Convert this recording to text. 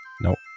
Nope